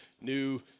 new